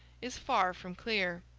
is far from clear.